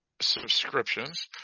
Subscriptions